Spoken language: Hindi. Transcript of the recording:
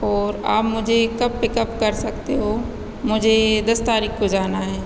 और आप मुझे कब पिकअप कर सकते हो मुझे दस तारीख़ को जाना है